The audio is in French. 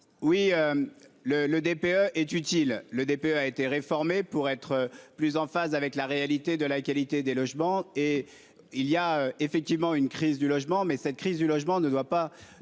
Oui. Le le DPE est utile. Le député a été réformée pour être plus en phase avec la réalité de la qualité des logements et il y a effectivement une crise du logement. Mais cette crise du logement ne doit pas